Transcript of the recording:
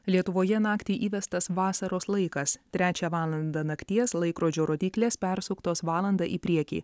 lietuvoje naktį įvestas vasaros laikas trečią valandą nakties laikrodžio rodyklės persuktos valanda į priekį